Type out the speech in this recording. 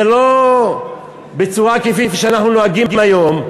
זה לא כפי שאנחנו נוהגים היום.